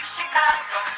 Chicago